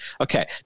Okay